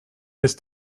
ist